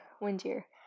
windier